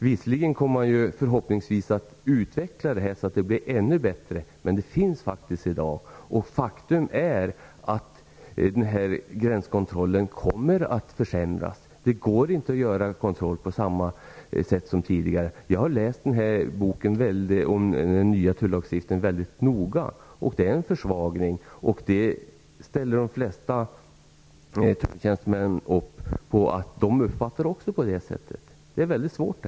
Visserligen kommer man förhoppningsvis att utveckla samarbetet så att det blir ännu bättre, men det finns faktiskt i dag. Faktum är att gränskontrollen kommer att försämras. Det går inte att göra kontroller på samma sätt som tidigare. Jag har läst boken om den nya tullagstiftningen väldigt noga. Det är en försvagning. De flesta tulltjänstemän uppfattar det också på det sättet. Det är väldigt svårt.